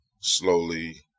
Slowly